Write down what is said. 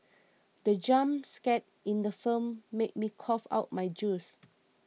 the jump scare in the film made me cough out my juice